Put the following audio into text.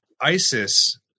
ISIS